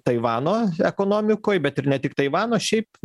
taivano ekonomikoj bet ir ne tik taivano šiaip